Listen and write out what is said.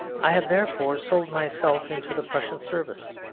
i have therefore sold myself into the prussian service,